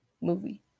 movie